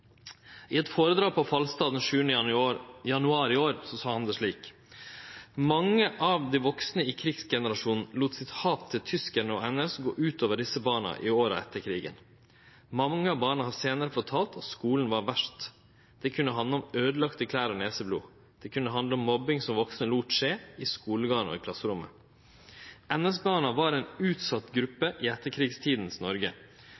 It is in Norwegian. I eit føredrag på Falstad den 7. januar i år sa han det slik: «Mange av de voksne i krigsgenerasjonen lot sitt hat til tyskerne og NS gå ut over disse barna i årene etter krigen. Mange av barna har senere fortalt at skolen var verst. Det kunne handle om ødelagte klær og neseblod. Det kunne handle om mobbing som voksne lot skje, i skolegården og i klasserommet. NS-barna var en utsatt gruppe i etterkrigstidens Norge.